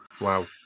Wow